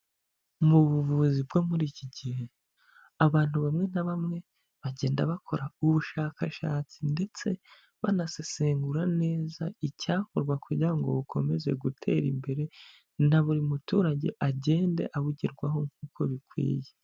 Mu buvuzi bwo muri iki gihe, abantu bamwe na bamwe, bagenda bakora ubushakashatsi ndetse banasesengura neza icyakorwa kugira ngo bukomeze gutera imbere, na buri muturage agende abugerwaho nk'uko bikwiye.